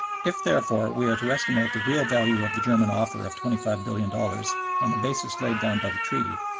if, therefore, we are to estimate the real value of the german offer of twenty five billion dollars on the basis laid down by the treaty,